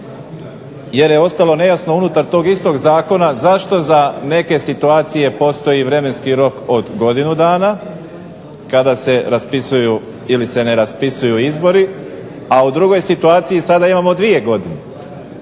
jer je ostalo nejasno unutar tog istog zakona zašto za neke situacije postoji vremenski rok od godinu dana kada se raspisuju ili se ne raspisuju izbori. A u drugoj situaciji sada imamo dvije godine.